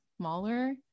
smaller